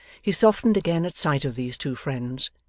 he softened again at sight of these two friends,